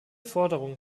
forderungen